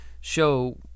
show